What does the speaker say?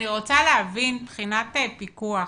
להבין מבחינת פיקוח,